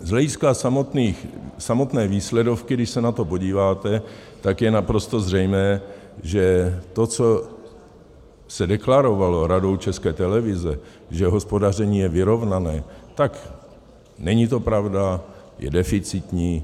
Z hlediska samotné výsledovky, když se na to podíváte, tak je naprosto zřejmé, že to, co se deklarovalo Radou České televize, že hospodaření je vyrovnané, tak není to pravda, je deficitní.